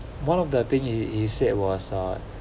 one of the thing he he said was uh